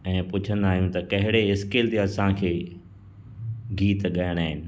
ऐं पुछंदा आहियूं त कहिड़े स्किल जो असांखे गीत ॻाइणा आहिनि